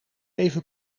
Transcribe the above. even